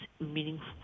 meaningful